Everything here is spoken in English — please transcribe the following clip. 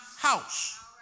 house